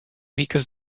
because